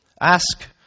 Ask